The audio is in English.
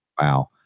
Wow